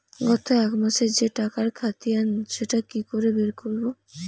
গত এক মাসের যে টাকার খতিয়ান সেটা কি করে বের করব?